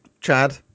Chad